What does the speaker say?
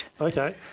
Okay